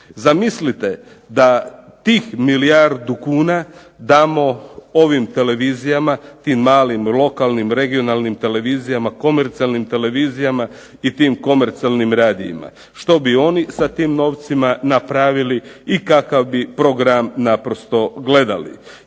Zamislite da tih milijardu kuna damo ovim televizijama, tim malim, lokalnim, regionalnim televizijama, komercijalnim televizijama i tim komercijalnim radijima. Što bi oni sa tim novcima napravili i kakav bi program naprosto gledali?